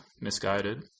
misguided